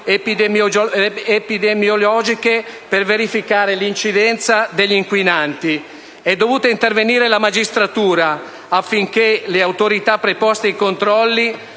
epidemiologiche per verificare l'incidenza degli inquinanti. È dovuta intervenire la magistratura affinché le autorità preposte ai controlli